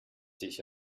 dich